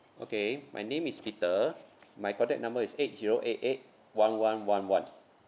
okay my name is peter my contact number is eight zero eight eight one one one one